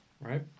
right